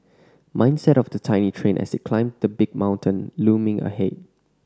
mindset of the tiny train as it climbed the big mountain looming ahead